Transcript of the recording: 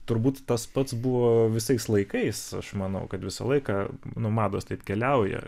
turbūt tas pats buvo visais laikais aš manau kad visą laiką nu mados tai keliauja